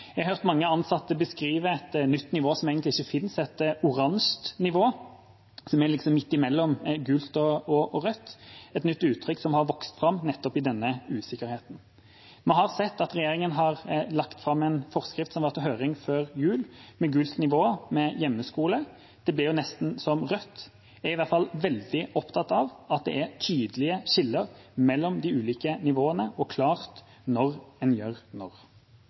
Jeg har hørt mange ansatte beskrive et nytt nivå som egentlig ikke finnes, et oransje nivå, som er midt imellom gult og rødt – et nytt uttrykk som har vokst fram nettopp i denne usikkerheten. Vi har sett at regjeringa har lagt fram en forskrift som var på høring før jul, med gult nivå med hjemmeskole. Det blir nesten som rødt. Jeg er i hvert fall veldig opptatt av at det er tydelige skiller mellom de ulike nivåene, og klart når en gjør